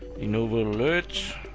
lenovoalert